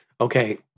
Okay